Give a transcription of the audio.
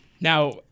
Now